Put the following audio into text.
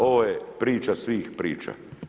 Ovo je priča svih priča.